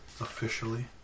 officially